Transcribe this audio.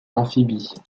amphibie